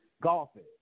golfing